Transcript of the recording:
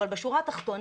אבל בשורה התחתונה,